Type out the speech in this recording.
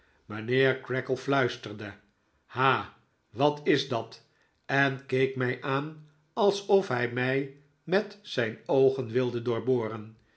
mijnheer creakle fluisterde ha wat is dat en keek mij aan alsof hij mij met zijn oogen wilde